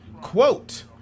Quote